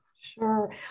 Sure